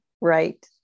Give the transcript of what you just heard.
right